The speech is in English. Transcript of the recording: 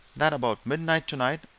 that about midnight, tonight,